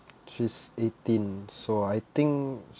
she's eighteen so I think